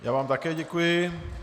Já vám také děkuji.